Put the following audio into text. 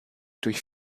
durch